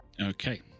Okay